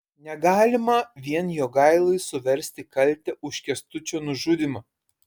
negalima vien jogailai suversti kaltę už kęstučio nužudymą